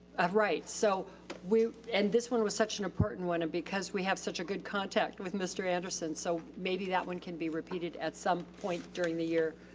right. so we, and this one was such an important one and because we have such a good contact with mr. anderson. so maybe that one can be repeated at some point during the year.